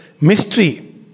mystery